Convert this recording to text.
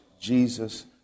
Jesus